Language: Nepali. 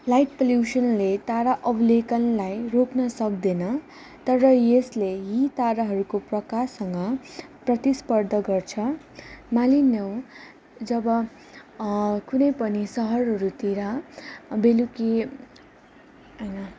लाइट पोलुसनले तारा अवलेकनलाई रोक्न सक्दैन तर यसले यी ताराहरूको प्रकाशसँग प्रतिस्पर्धा गर्छ मानिलियौँ जब कुनै पनि सहरहरूतिर बेलुकी होइन